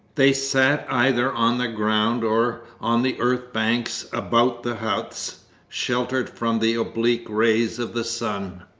they sat either on the ground or on the earth-banks about the huts sheltered from the oblique rays of the sun,